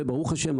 וברוך השם,